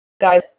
guys